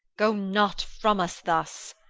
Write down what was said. go not from us thus.